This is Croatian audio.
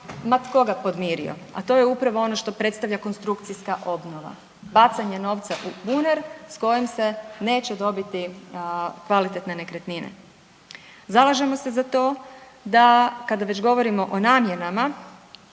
ma tko ga podmirio, a to je upravo ono što predstavlja konstrukcijska obnova, bacanje novca u …/nerazumljivo/… s kojim se neće dobiti kvalitetne nekretnine. Zalažemo se za to da kada već govorimo o namjenama